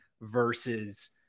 versus